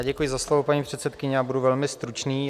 Děkuji za slovo, paní předsedkyně, budu velmi stručný.